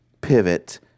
pivot